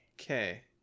okay